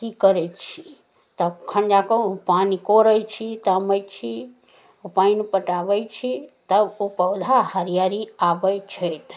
की करय छी तखन जाकऽ उ पानि कोड़य छी तामय छी ओ पानि पटाबै छी तब ओ पौधा हरियरी आबय छथि